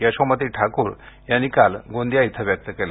यशोमती ठाकूर यांनी काल गोंदिया इथ व्यक्त केलं